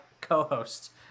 co-host